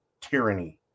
tyranny